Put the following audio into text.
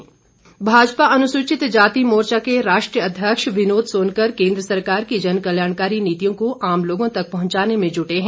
विनोद सोनकर भाजपा अनुसूचित जाति मोर्चा के राष्ट्रीय अध्यक्ष विनोद सोनकर केंद्र सरकार की जनकल्याणकारी नीतियों को आम लोगों तक पहुंचाने में जुटे हैं